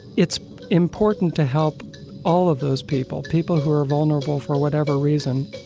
it's important to help all of those people, people who are vulnerable for whatever reason.